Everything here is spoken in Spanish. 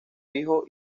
hijo